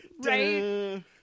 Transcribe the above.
right